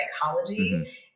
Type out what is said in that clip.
psychology